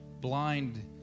blind